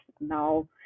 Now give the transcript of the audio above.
now